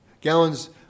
Gallons